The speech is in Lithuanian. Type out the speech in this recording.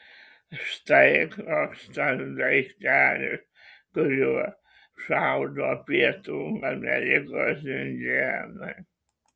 štai koks tas daiktelis kuriuo šaudo pietų amerikos indėnai